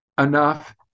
enough